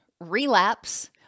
relapse